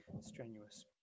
strenuous